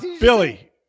Billy